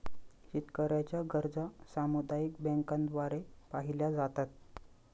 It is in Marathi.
शेतकऱ्यांच्या गरजा सामुदायिक बँकांद्वारे पाहिल्या जातात